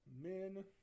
men